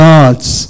God's